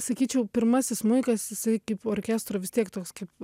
sakyčiau pirmasis smuikas jisai kaip orkestro vis tiek toks kaip